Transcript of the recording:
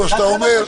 כמו שאתה אומר,